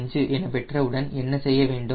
5 என பெற்றவுடன் என்ன செய்ய வேண்டும்